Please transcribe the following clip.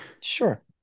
Sure